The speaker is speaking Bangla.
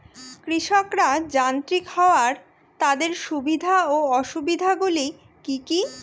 কৃষকরা যান্ত্রিক হওয়ার তাদের সুবিধা ও অসুবিধা গুলি কি কি?